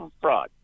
fraud